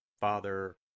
Father